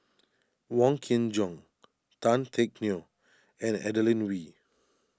Wong Kin Jong Tan Teck Neo and Adeline Ooi